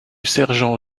sergent